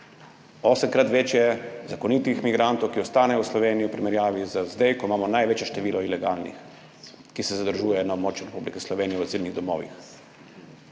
osemkrat več je zakonitih migrantov, ki ostanejo v Sloveniji, v primerjavi z zdaj, ko imamo največje število ilegalnih, ki se zadržujejo na območju Republike Slovenije v azilnih domovih.